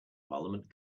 parliament